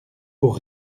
pour